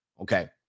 Okay